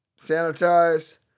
Sanitize